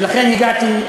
ולכן הגעתי,